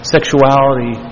Sexuality